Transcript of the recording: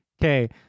okay